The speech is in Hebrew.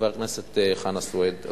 חבר הכנסת חנא סוייד,